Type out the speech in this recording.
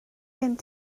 gen